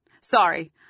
Sorry